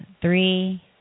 three